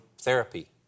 therapy